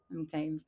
okay